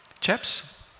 Chaps